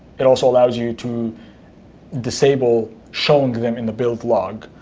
it also allows you to disable showing them in the build log,